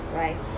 right